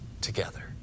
together